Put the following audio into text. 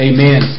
Amen